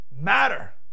matter